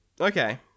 Okay